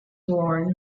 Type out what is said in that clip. worn